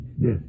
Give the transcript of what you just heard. yes